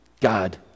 God